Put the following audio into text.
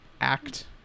act